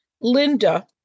Linda